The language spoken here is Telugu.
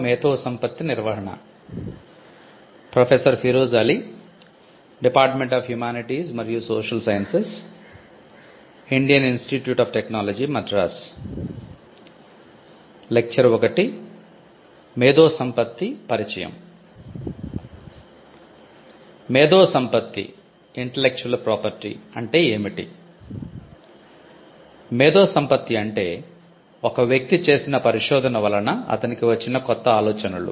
మేధోసంపత్తి వలన అతనికి వచ్చిన కొత్త ఆలోచనలు